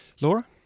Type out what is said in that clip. laura